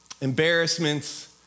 Embarrassments